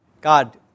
God